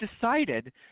decided